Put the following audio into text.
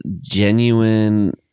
genuine